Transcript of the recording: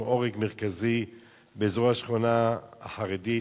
שהוא עורק מרכזי באזור השכונה החרדית,